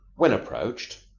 when approached,